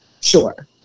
sure